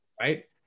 right